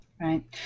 Right